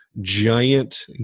giant